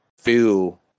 feel